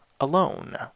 alone